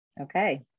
Okay